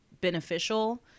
beneficial